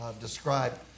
describe